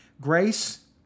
Grace